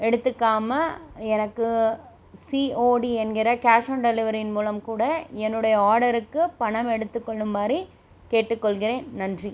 எடுத்துக்காமல் எனக்கு சிஓடி என்கிற கேஷ் ஆன் டெலிவரியின் மூலம் கூட என்னுடைய ஆடருக்கு பணம் எடுத்துக்கொள்ளுமாறு கேட்டுக்கொள்கிறேன் நன்றி